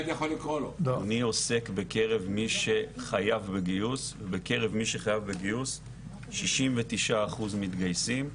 בגיוס בקרב מי שחייב בגיוס 69% מתגייסים,